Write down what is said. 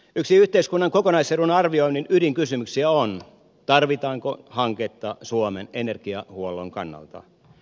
yksi yhteiskunnan kokonaisedun arvioinnin ydinkysymyksiä on tarvitaanko hanketta suomen energiahuollon kannalta